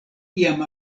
iam